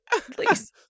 please